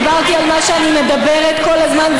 דיברתי על מה שאני מדברת עליו כל הזמן,